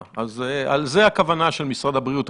אז זו הכוונה של משרד הבריאות.